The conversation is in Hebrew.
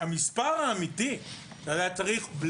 המספר האמיתי שהיה צריך לתת,